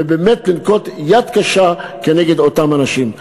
ובאמת לנקוט יד קשה כנגד אותם אנשים.